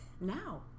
now